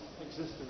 existence